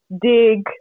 Dig